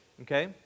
okay